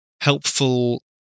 helpful